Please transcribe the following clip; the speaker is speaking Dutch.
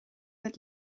het